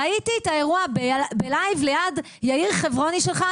ראיתי את האירוע בלייב ליד יאיר חברוני שלך,